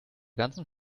ganzen